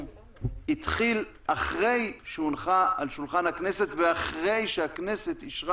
התחיל אחרי שהונחה על שולחן הכנסת ואחרי שהכנסת אישרה